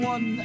One